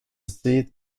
seat